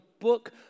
book